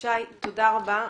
תודה רבה.